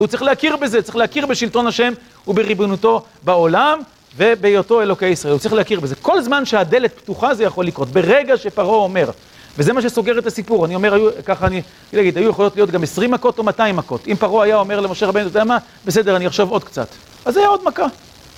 הוא צריך להכיר בזה, צריך להכיר בשלטון השם ובריבונותו בעולם, ובהיותו אלוקי ישראל. הוא צריך להכיר בזה. כל זמן שהדלת פתוחה זה יכול לקרות. ברגע שפרעה אומר, וזה מה שסוגר את הסיפור, אני אומר, היו יכולות להיות גם 20 מכות או 200 מכות. אם פרעה היה אומר למשה רבנו, אתה יודע מה, בסדר, אני אחשב עוד קצת. אז היה עוד מכה.